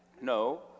No